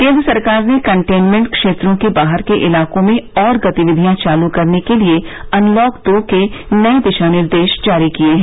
केंद्र सरकार ने कंटेनमेंट क्षेत्रों से बाहर के इलाकों में और गतिविधियां चालू करने के लिए अनलॉक दो के नए दिशानिर्देश जारी किए हैं